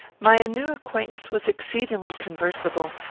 my new acquaintance was exceedingly conversible,